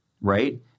right